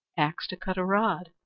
axe to cut a rod,